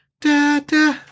da-da